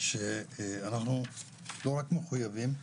שאנחנו לא רק מחויבים,